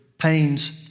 Pains